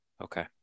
Okay